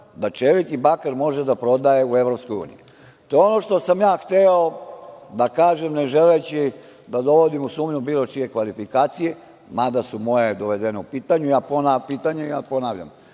da čelik i bakar može da prodaje u Evropskoj uniji. To je ono što sam ja hteo da kažem, ne želeći da dovodim u sumnju bilo čije kvalifikacije, mada se moje dovedene u pitanje. Ja ponavljam,